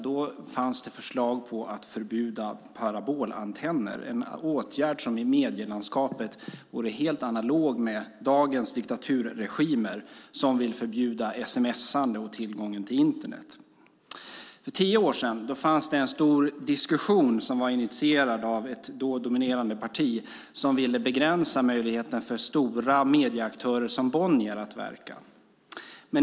Då fanns det förslag på att förbjuda parabolantenner, en åtgärd som i medielandskapet vore helt analog med dagens diktaturregimer som vill förbjuda sms:ande och tillgången till Internet. För tio år sedan fanns det en stor diskussion som var initierad av ett då dominerande parti som ville begränsa möjligheterna för stora medieaktörer som Bonnier att verka.